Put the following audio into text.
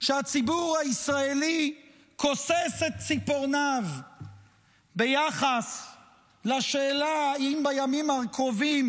שהציבור הישראלי כוסס את ציפורניו ביחס לשאלה אם בימים הקרובים